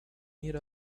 meet